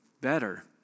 better